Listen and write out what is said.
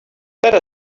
better